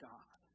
God